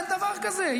אין דבר כזה,